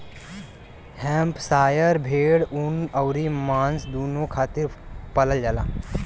Hampshire भेड़ ऊन अउरी मांस दूनो खातिर पालल जाला